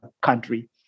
country